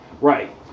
right